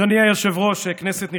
אדוני היושב-ראש, כנסת נכבדה,